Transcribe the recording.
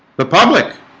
the public